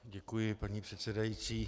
Děkuji, paní předsedající.